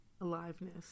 aliveness